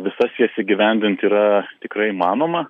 visas jas įgyvendint yra tikrai įmanoma